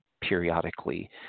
periodically